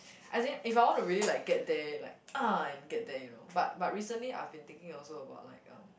as in if I wanna really like get there like ah and get there you know but but recently I've been thinking also about like um